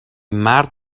مرد